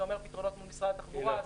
פתרונות מול משרד התחבורה,